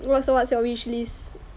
what's your what's your wish list